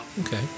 Okay